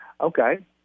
Okay